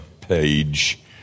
page